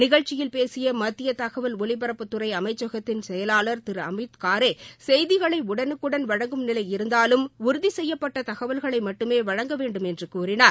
நிகழ்ச்சியில் பேசிய மத்திய தகவல் ஒலிபரப்புத்துறை அமைச்சகத்தின் செயவாளர் திரு அமித் காரே செய்திகளை உடனுக்குடள் வழங்கும் நிலை இருந்தாலும் உறுதிசெய்யப்பட்ட தகவல்களை மட்டுமே வழங்கவேண்டும் என்று கூறினார்